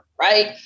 right